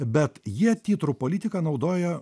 bet jie titrų politiką naudojo